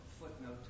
footnote